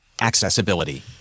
accessibility